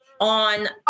on